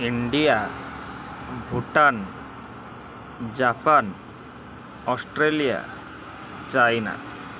India Bhutan Japan Australia China